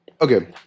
okay